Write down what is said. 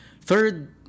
Third